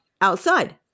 outside